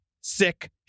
sick